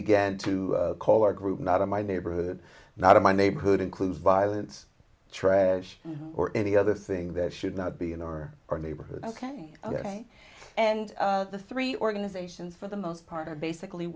began to call our group not of my neighborhood not of my neighborhood includes violence trash or any other thing that should not be in or or neighborhood ok ok and the three organizations for the most part are basically